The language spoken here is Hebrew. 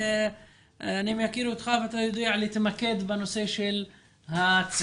אני מכיר אותך ויודע שאתה יודע להתמקד בנושא של הצעירים.